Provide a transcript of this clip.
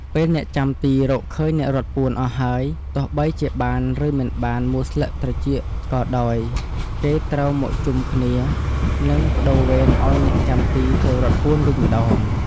ពេលអ្នកចាំទីរកឃើញអ្នករត់ពួនអស់ហើយ ទោះបីជាបាន ឬ មិនបានមូលស្លឹកត្រចៀកក៏ដោយ គេត្រូវមកជុំគ្នា និង ប្តូរវេនឱ្យអ្នកចាំទីទៅរត់ពួនវិញម្ដង។